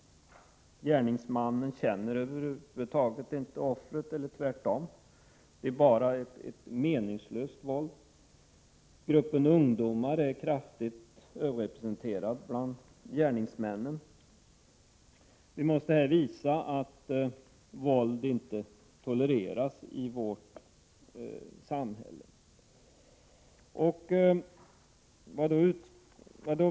Gärningsmännen känner inte offren, eller tvärtom. Gruppen ungdomar är kraftigt överrepresenterad bland gärningsmännen. Vi måste här visa att våld inte tolereras i vårt samhälle.